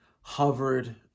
hovered